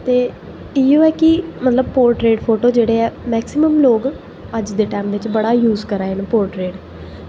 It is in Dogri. ते इ'यो ऐ कि मतलब पोर्ट्रेट फोटो जेह्ड़े ऐ मैक्सिमम लोग अज्ज दे टैम बिच बड़ा यूज़ करा दे न पोर्ट्रेट